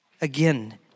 Again